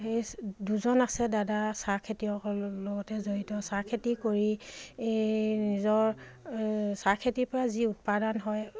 সেই দুজন আছে দাদা চাহ খেতিয়কৰ লগতে জড়িত চাহ খেতি কৰি নিজৰ চাহ খেতিৰ পৰা যি উৎপাদন হয়